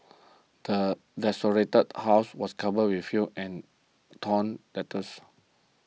the desolated house was covered with filth and torn letters